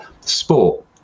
sport